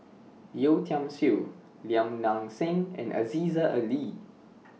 Yeo Tiam Siew Lim Nang Seng and Aziza Ali